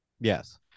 Yes